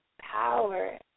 power